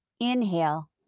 Inhale